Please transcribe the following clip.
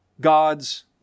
God's